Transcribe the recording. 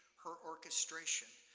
her orchestration,